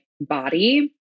body